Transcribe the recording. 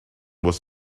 was